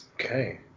Okay